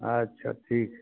अच्छा ठीक हइ